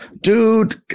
dude